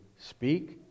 speak